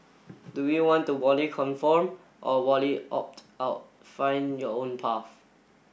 do you want to wholly conform or wholly opt out find your own path